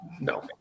No